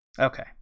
Okay